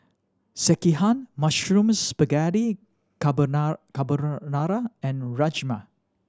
Sekihan Mushroom Spaghetti Carbonara and Rajma